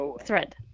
thread